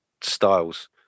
styles